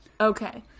okay